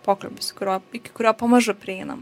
pokalbis kurio iki kurio pamažu prieinam